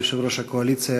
יושב-ראש הקואליציה,